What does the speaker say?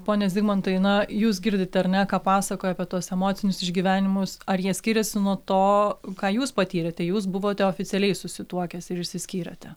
pone zigmantai na jūs girdite ar ne ką pasakoja apie tuos emocinius išgyvenimus ar jie skiriasi nuo to ką jūs patyrėte jūs buvote oficialiai susituokęs ir išsiskyrėte